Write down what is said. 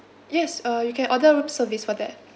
yes uh you can order room service for that